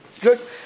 Good